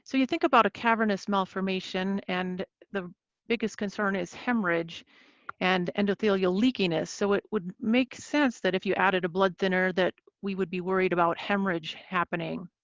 so you think about a cavernous malformation and the biggest concern is hemorrhage and endothelial leakiness. so it would make sense that if you added a blood thinner that we would be worried about hemorrhage happening.